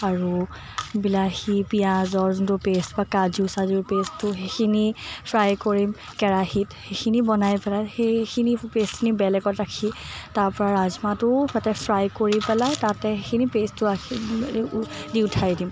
আৰু বিলাহী পিয়াজৰ যোনটো পেষ্ট বা কাজু চাজুৰ পেষ্টটো সেইখিনি ফ্ৰাই কৰিম কেৰাহীত সেইখিনি বনাই পেলাই সেইখিনি পেষ্টখিনি বেলেগত ৰাখি তাৰ পৰা ৰাজমাহটোও তাতে ফ্ৰাই কৰি পেলাই তাতে সেইখিনি পেষ্টটো ৰাখি দি উঠাই দিম